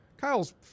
Kyle's